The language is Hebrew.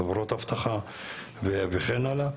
חברות אבטחה וכן הלאה.